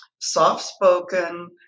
soft-spoken